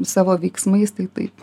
savo veiksmais tai taip